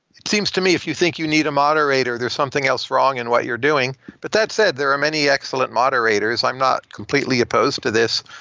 it seems to me if you think you need a moderator, there's something else wrong in what you're doing. but that said, there are many excellent moderators. i'm not completely opposed to this.